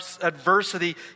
adversity